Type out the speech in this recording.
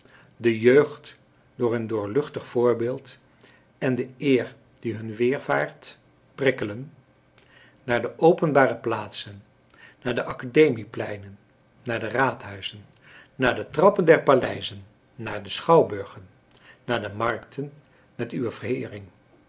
de jeugd door hun doorluchtig voorbeeld en de eer die hun weervaart prikkelen naar de openbare plaatsen naar de academiepleinen naar de raadhuizen naar de trappen der paleizen naar de schouwburgen naar de markten met uwe vereering